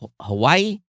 Hawaii